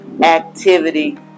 activity